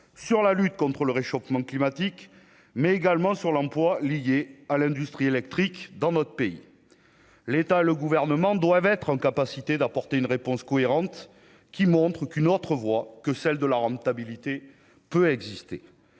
sur la lutte contre le réchauffement climatique mais également sur l'emploi liées à l'industrie électrique dans notre pays, l'État le gouvernement doivent être en capacité d'apporter une réponse cohérente qui montre qu'une autre voie que celle de la rentabilité peut exister,